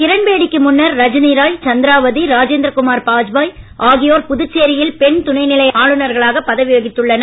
கிரண் பேடிக்கு முன்னர் ரஜனி ராய் சந்திராவதி ராஜேந்திர குமார் பாஜ்பாய் ஆகியோர் புதுச்சேரியில் பெண் துணைநிலை ஆளுனர்களாக பதவி வகித்துள்ளனர்